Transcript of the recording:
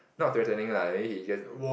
not threatening lah I think he just